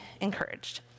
encouraged